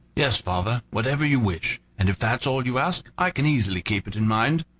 yes, father, whatever you wish and if that's all you ask, i can easily keep it in mind.